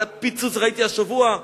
ראיתי השבוע,